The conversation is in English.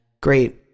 great